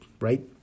right